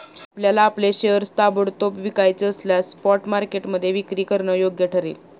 आपल्याला आपले शेअर्स ताबडतोब विकायचे असल्यास स्पॉट मार्केटमध्ये विक्री करणं योग्य ठरेल